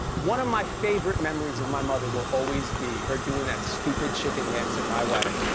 one of my favorite memories of my mother will always be her doing that stupid chicken dance at my wedding.